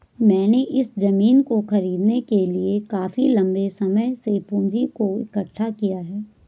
मैंने इस जमीन को खरीदने के लिए काफी लंबे समय से पूंजी को इकठ्ठा किया है